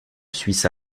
suisse